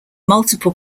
multiple